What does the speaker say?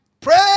Pray